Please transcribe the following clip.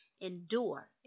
Endure